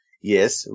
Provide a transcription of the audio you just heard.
Yes